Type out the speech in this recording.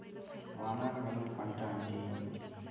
వానాకాలం పంట అంటే ఏమిటి?